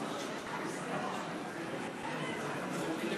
תוצאות ההצבעה: 37 קולות